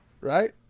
Right